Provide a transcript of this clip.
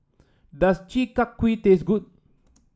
does Chi Kak Kuih taste good